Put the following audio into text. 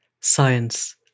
science